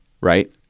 right